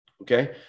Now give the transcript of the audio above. Okay